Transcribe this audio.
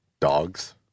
dogs